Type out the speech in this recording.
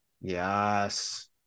Yes